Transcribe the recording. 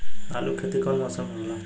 आलू के खेती कउन मौसम में होला?